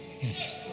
Yes